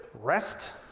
rest